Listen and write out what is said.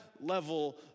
level